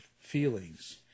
feelings